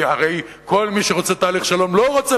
כי הרי כל מי שרוצה תהליך שלום לא רוצה